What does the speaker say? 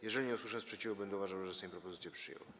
Jeżeli nie usłyszę sprzeciwu, będę uważał, że Sejm propozycję przyjął.